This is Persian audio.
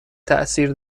تاثیر